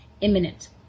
Imminent